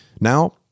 Now